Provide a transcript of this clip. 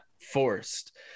forced